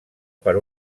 per